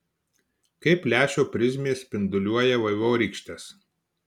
kaip lęšio prizmės spinduliuoja vaivorykštes